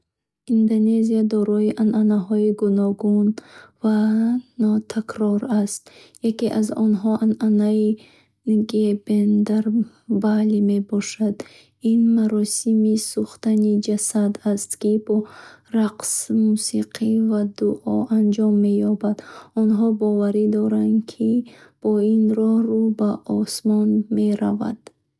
Индонезия дорои анъанаҳои гуногун ва нотакрор аст. Яке аз онҳо, анъанаи «Нгабен» дар Бали мебошад. Ин маросими сӯхтани ҷасад аст, ки бо рақс, мусиқӣ ва дуо анҷом меёбад. Онҳо бовар доранд, ки бо ин роҳ рӯҳ ба осмон меравад.